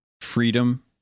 freedom